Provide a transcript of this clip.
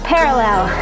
Parallel